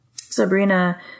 Sabrina